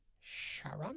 Sharon